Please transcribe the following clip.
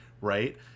right